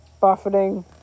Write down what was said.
buffeting